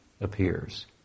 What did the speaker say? appears